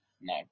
No